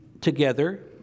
together